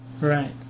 Right